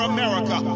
America